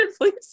please